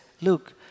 Look